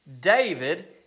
David